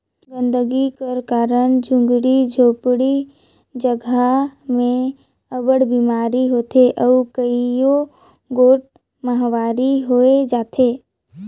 गंदगी कर कारन झुग्गी झोपड़ी जगहा में अब्बड़ बिमारी होथे अउ कइयो गोट महमारी होए जाथे